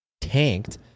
tanked